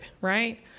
right